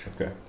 Okay